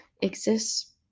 exists